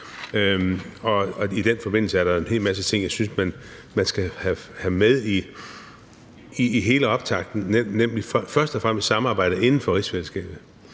Og i den forbindelse er der en hel masse ting, jeg synes man skal have med i hele optakten, nemlig først og fremmest samarbejdet inden for rigsfællesskabet.